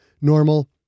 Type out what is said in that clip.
normal